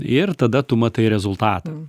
ir tada tu matai rezultatą